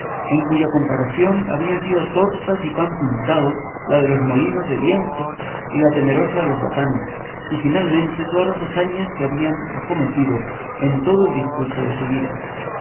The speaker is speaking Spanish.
en cuya comparación habían sido tortas y pan pintado la de los molinos de viento y la temerosa de los batanes y finalmente todas las hazañas que había acometido en todo el discurso de su vida